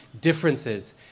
differences